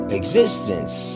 existence